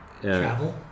Travel